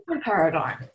paradigm